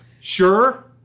sure